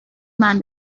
man